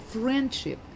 friendship